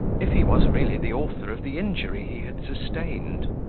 if he was really the author of the injury he had sustained.